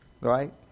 right